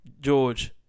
George